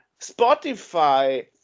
Spotify